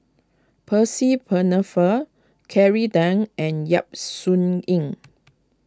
Percy Penne fur Kelly Tang and Yap Sun Yin